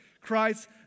Christ